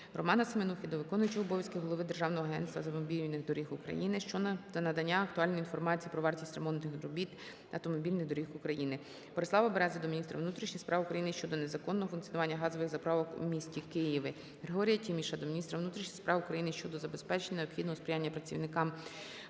РоманаСеменухи до виконуючого обов'язки голови Державного агентства автомобільних доріг України щодо надання актуальної інформації про вартість ремонтних робіт автомобільних доріг в Україні. Борислава Берези до міністра внутрішніх справ України щодо незаконного функціонування газових заправок у місті Києві. ГригоріяТіміша до міністра внутрішніх справ України щодо забезпечення необхідного сприяння працівниками